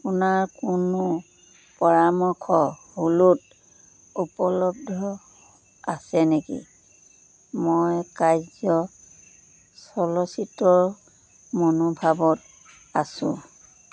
আপোনাৰ কোনো পৰামৰ্শ হ'লত উপলব্ধ আছে নেকি মই কাৰ্য্য চলচ্চিত্ৰৰ মনোভাৱত আছোঁ